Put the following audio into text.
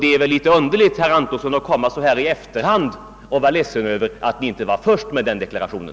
Det är väl litet märkligt, herr Antonsson, att ni så här i efterhand kommer och är ledsna över att ni inte var först med den deklarationen.